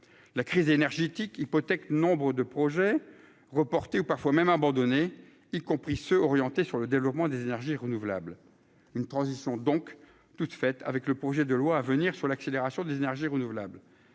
la crise énergétique hypothèque nombres de projets reportés ou parfois même abandonnées, y compris ceux orientée sur le développement des énergies renouvelables une transition donc toute faite avec le projet de loi à venir sur l'accélération des énergies renouvelables,